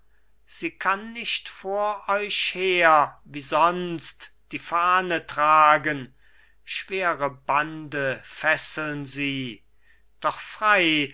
sie kann nicht vor euch her wie sonst die fahne tragen schwere bande fesseln sie doch frei